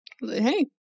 Hey